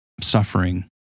suffering